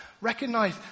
Recognize